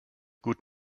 gut